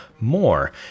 more